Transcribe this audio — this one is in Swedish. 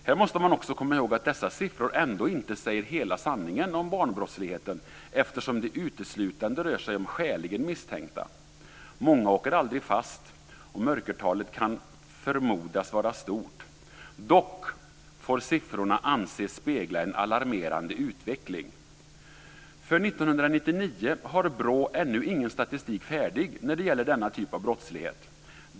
Här måste man komma ihåg att dessa siffror ändå inte säger hela sanningen om barnbrottsligheten eftersom det uteslutande rör sig om skäligen misstänkta. Många åker aldrig fast, och mörkertalet kan förmodas vara stort. Dock får siffrorna anses spegla en alarmerande utveckling. För 1999 har BRÅ ännu ingen statistik färdig när det gäller denna typ av brottslighet.